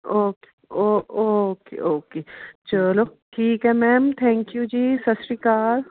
okay oh okay okay ਚਲੋ ਠੀਕ ਹੈ ਮੈਮ ਥੈਂਕ ਯੂ ਜੀ ਸਤਿ ਸ਼੍ਰੀ ਅਕਾਲ